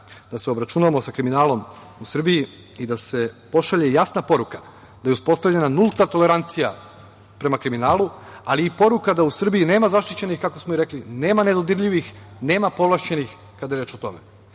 da se obračunamo sa kriminalom u Srbiji i da se pošalje jasna poruka da je uspostavljena nulta tolerancija prema kriminalu, ali i poruka da u Srbiji nema zaštićenih kako smo i rekli, nema nedodirljivih, nema povlašćenih kada je reč o tome,